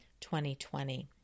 2020